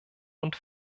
und